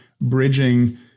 bridging